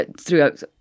throughout